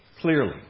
clearly